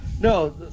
No